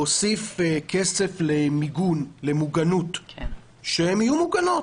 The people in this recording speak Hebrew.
להוסיף כסף למוגנות כדי שיהיו מוגנות.